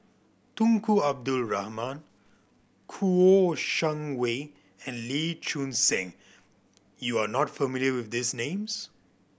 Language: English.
Tunku Abdul Rahman Kouo Shang Wei and Lee Choon Seng you are not familiar with these names